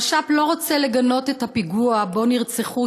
הרש"פ לא רוצה לגנות את הפיגוע שבו נרצחו